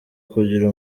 kugira